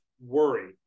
worry